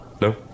No